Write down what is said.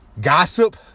Gossip